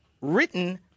written